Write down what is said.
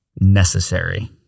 necessary